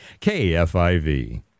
KFIV